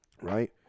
Right